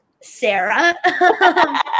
Sarah